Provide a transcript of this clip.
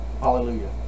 Hallelujah